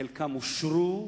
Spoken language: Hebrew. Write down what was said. חלקן אושרו,